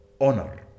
honor